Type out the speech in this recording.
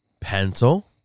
Pencil